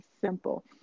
simple